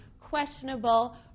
questionable